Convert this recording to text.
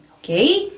Okay